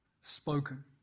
spoken